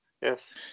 Yes